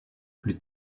plus